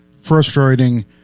frustrating